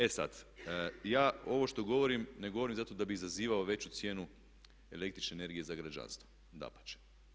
E sada, ja ovo što govorim ne govorim zato da bih izazivao veću cijenu električne energije za građanstvo, dapače.